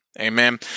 Amen